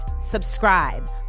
subscribe